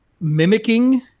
mimicking